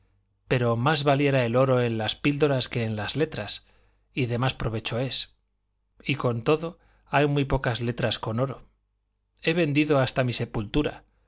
pero más valiera el oro en las píldoras que en las letras y de más provecho es y con todo hay muy pocas letras con oro he vendido hasta mi sepultura